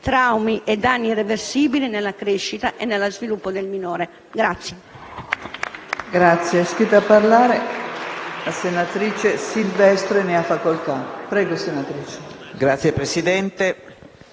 traumi e danni irreversibili nella crescita e nello sviluppo del minore.